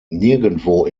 nirgendwo